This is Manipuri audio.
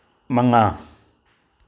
ꯃꯉꯥ